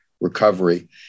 recovery